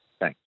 Thanks